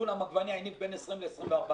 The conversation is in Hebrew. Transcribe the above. דונם עגבנייה הניב בין 20 ל-24 טון.